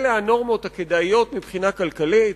אלה הנורמות הכדאיות מבחינה כלכלית,